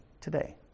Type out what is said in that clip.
today